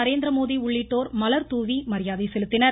நரேந்திரமோடி உள்ளிட்டோர் மலர்தூவி மரியாதை செலுத்தினர்